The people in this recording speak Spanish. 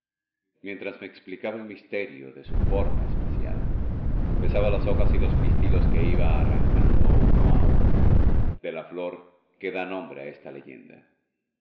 mientras me explicaba el misterio de su forma especial besaba las hojas y los pistilos que iba arrancando uno a uno de la flor que da nombre a esta leyenda